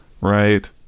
right